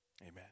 Amen